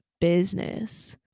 business